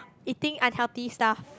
eating unhealthy stuff